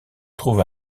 trouve